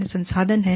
अन्य संसाधन हैं